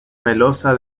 melosa